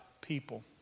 people